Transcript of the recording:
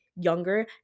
younger